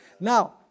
Now